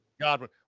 Godwin